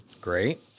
Great